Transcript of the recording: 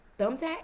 Thumbtack